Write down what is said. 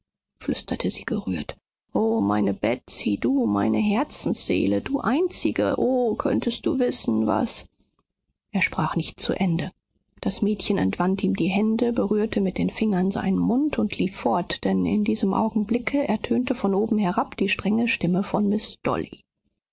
flüsterte sie gerührt o meine betsy du meine herzensseele du einzige o könntest du wissen was er sprach nicht zu ende das mädchen entwand ihm die hände berührte mit den fingern seinen mund und lief fort denn in diesem augenblicke ertönte von oben herab die strenge stimme von miß dolly